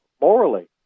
morally